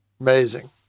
Amazing